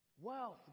Wealth